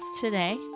today